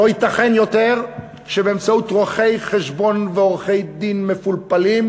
לא ייתכן יותר שבאמצעות רואי-חשבון ועורכי-דין מפולפלים,